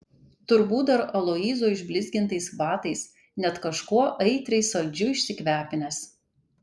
turbūt dar aloyzo išblizgintais batais net kažkuo aitriai saldžiu išsikvepinęs